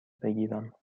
بگیرم